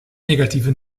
negative